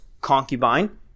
concubine